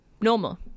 normal